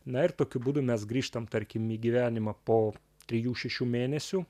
na ir tokiu būdu mes grįžtam tarkim į gyvenimą po trijų šešių mėnesių